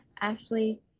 Ashley